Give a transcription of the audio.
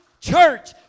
church